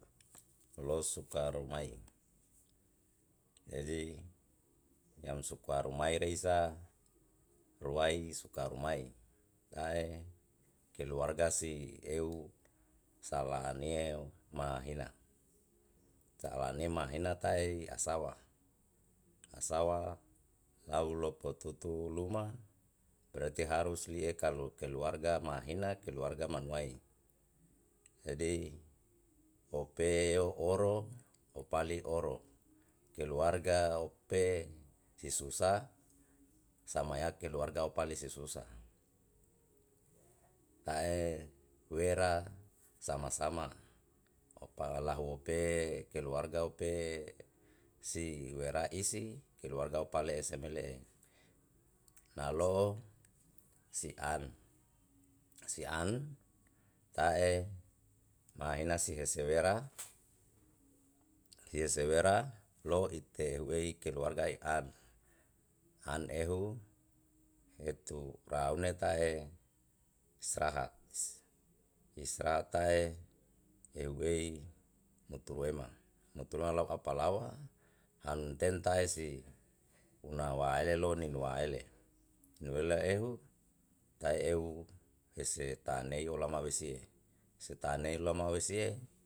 Lou suka rumai jadi yang suka rumai re isa ruai suka rumai tae keluarga si ehu salanieu mahina. salani mahanina tae i asawa, asawa lau lopo tutu luma berati harus li'e kalu keluarga ma'ahina keluarga manuwai jadi ope yo oro opali oro keluarga ope si susah samaya keluarga opale si susah tae wera sama sama opala huoepe keluarga ope si wera isi keluarga opale semele'e nalo si an si an ta'e mahina si hese wera hiese wera lou ite hu'ei keluarga e an, an ehu etu raune ta'e saha isra tae ehu ei muturuema mutula lau apalawa an ten tae si puna waele ni nuaele. nuele ehu tae ehu ese tanei olama wesie se tanei olama wesie.